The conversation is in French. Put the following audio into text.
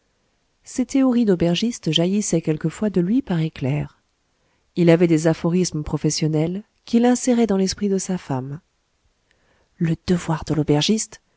ses théories d'aubergiste jaillissaient quelquefois de lui par éclairs il avait des aphorismes professionnels qu'il insérait dans l'esprit de sa femme le devoir de l'aubergiste